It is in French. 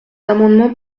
amendement